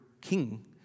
King